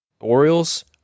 Orioles